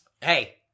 hey